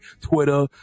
twitter